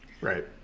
Right